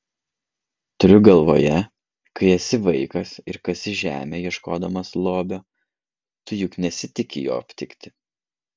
turiu galvoje kai esi vaikas ir kasi žemę ieškodamas lobio tu juk nesitiki jo aptikti